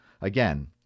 Again